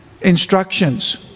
instructions